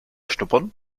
schnuppern